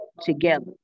together